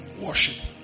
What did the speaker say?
Worship